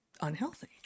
unhealthy